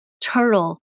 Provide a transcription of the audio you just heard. turtle